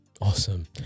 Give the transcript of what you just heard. awesome